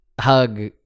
hug